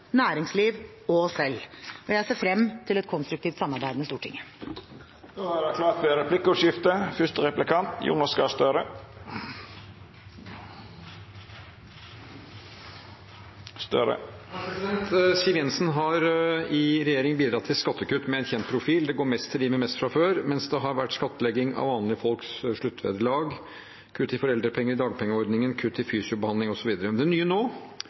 næringsliv og oss selv. Jeg ser frem til et konstruktivt samarbeid med Stortinget. Det vert replikkordskifte. Siv Jensen har i regjering bidratt til skattekutt med en kjent profil: Det går mest til dem med mest fra før, mens det har vært skattlegging av vanlige folks sluttvederlag, kutt i foreldrepenger, dagpengeordningen, fysiobehandling, osv. Det nye nå